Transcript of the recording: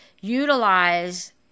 utilize